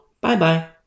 bye-bye